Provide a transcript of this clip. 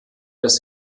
dass